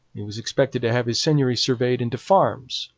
he was expected to have his seigneury surveyed into farms,